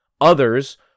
Others